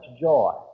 joy